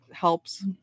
helps